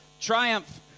Triumph